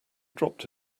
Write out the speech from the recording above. dropped